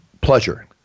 pleasure